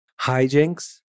Hijinks